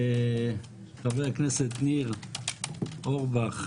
חבר הכנסת ניר אורבך,